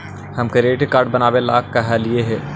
हम credit card बनावे ला कहलिऐ हे?